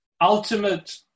ultimate